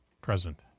Present